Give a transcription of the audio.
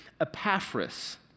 Epaphras